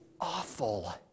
awful